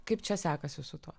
kaip čia sekasi su tuo